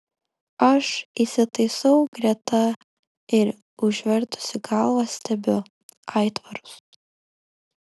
aš įsitaisau greta ir užvertusi galvą stebiu aitvarus